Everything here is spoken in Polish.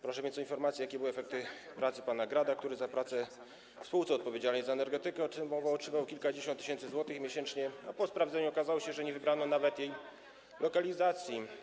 Proszę więc o informację, jakie były efekty pracy pana Grada, który za pracę w spółce odpowiedzialnej za energetykę otrzymywał kilkadziesiąt tysięcy złotych miesięcznie, a po sprawdzeniu okazało się, że nie wybrano nawet lokalizacji.